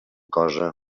cosa